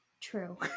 true